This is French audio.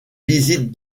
visites